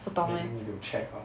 不懂 leh